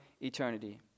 eternity